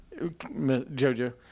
JoJo